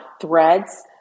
Threads